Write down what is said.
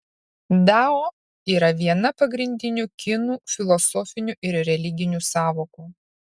dao yra viena pagrindinių kinų filosofinių ir religinių sąvokų